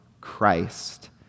Christ